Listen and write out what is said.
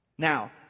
Now